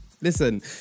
listen